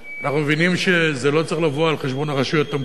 אנחנו מבינים שזה לא צריך לבוא על חשבון הרשויות המקומיות,